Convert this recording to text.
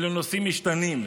אלה נושאים משתנים.